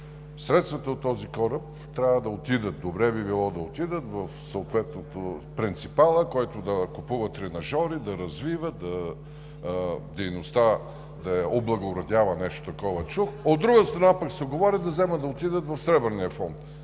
средствата от този кораб трябва да отидат, добре би било да отидат, в принципала, който да купува тренажори, да развива дейността, да я облагородява, нещо такова чух, от друга страна пък, се говори да вземат да отидат в Сребърния фонд.